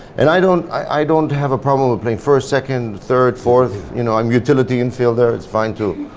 and i don't, i don't have a problem with playing first, second, third, fourth you know i'm utility infielder it's fine too.